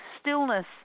stillness